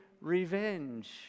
revenge